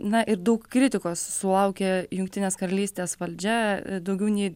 na ir daug kritikos sulaukė jungtinės karalystės valdžia daugiau nei